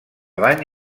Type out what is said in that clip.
bany